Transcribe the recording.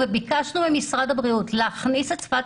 וביקשנו ממשרד בריאות להכניס את שפת